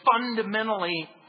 fundamentally